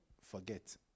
forget